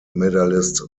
medalist